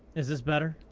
is this better?